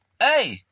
hey